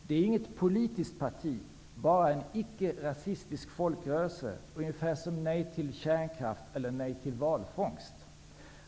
Det är inget politiskt parti, bara en icke-rasistisk folkrörelse, ungefär som nej till kärnkraft eller nej till valfångst.